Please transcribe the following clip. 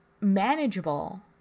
manageable